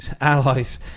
allies